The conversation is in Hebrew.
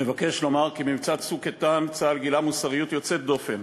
אני מבקש לומר כי במבצע "צוק איתן" צה"ל גילה מוסריות יוצאת דופן